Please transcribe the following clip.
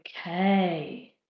Okay